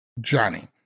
Johnny